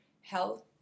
health